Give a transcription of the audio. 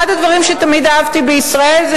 אחד הדברים שתמיד אהבתי בישראל זה